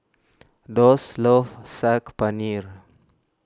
Thos loves Saag Paneer